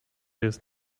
jest